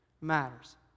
matters